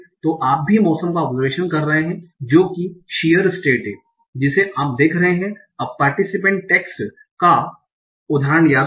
तो आप भी मौसम का ओबजरवेशन कर रहे हैं जो कि शियर स्टेट है जिसे आप देख रहे हैं कि अब पार्टीसीपेट टेक्स्ट का उदाहरण याद रखें